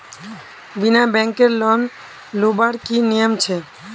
बिना बैंकेर लोन लुबार की नियम छे?